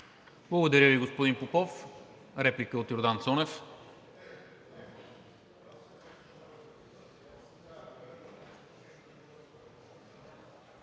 Благодаря Ви, господин Попов. Реплика от Йордан Цонев.